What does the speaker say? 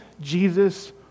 Jesus